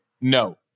no